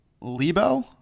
Lebo